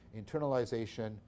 internalization